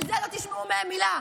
על זה לא תשמעו מהם מילה,